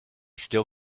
still